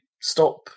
stop